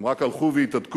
הם רק הלכו והתהדקו.